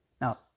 Now